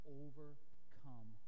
overcome